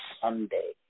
Sunday